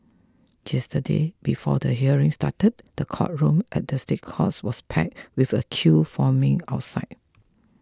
yesterday before the hearing started the courtroom at the State Courts was packed with a queue forming outside